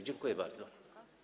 Dziękuję bardzo.